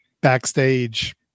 backstage